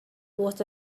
was